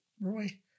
Roy